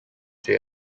they